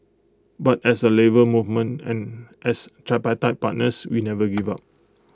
but as A Labour Movement and as tripartite partners we never give up